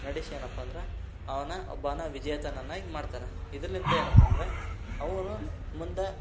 ನಡೆಸ್ಯೇನಪ್ಪ ಅಂದ್ರೆ ಅವನ್ನ ಒಬ್ಬಾನ ವಿಜೇತನನ್ನಾಗಿ ಮಾಡ್ತಾರೆ ಇದ್ರಲಿಂತ ಏನಪ್ಪ ಅಂದ್ರೆ ಅವನು ಮುಂದೆ